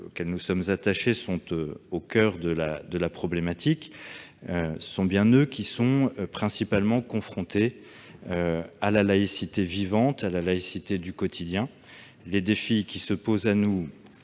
auxquels nous sommes attachés sont au coeur de la problématique. Ce sont bien eux qui sont principalement confrontés à la laïcité vivante, c'est-à-dire à la laïcité au quotidien. Les défis qui se posent à nous,